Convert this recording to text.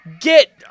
Get